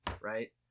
right